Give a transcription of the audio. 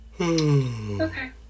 Okay